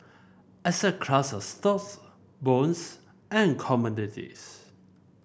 asset classes stocks bonds and commodities